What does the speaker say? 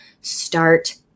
start